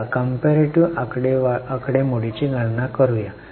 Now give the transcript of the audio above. चला कंपेरीटीव्ह आकडेमोडीची गणना करूया